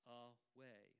away